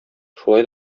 шулай